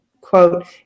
Quote